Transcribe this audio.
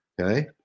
Okay